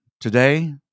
Today